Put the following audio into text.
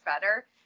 better